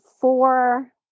four